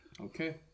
Okay